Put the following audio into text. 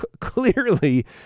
clearly